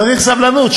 צריך סבלנות.